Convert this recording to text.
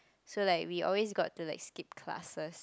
so like we also got to like skip classes